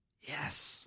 Yes